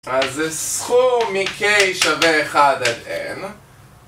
אז זה סכום מ-K שווה 1 עד N.